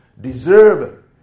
deserve